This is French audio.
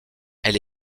elle